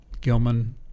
Gilman